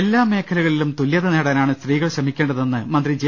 എല്ലാ മേഖലകളിലും തുലൃത് നേടാനാണ് സ്ത്രീകൾ ശ്രമിക്കേണ്ടതെന്ന് മന്ത്രി ജെ